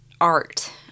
art